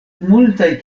multaj